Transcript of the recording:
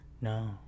No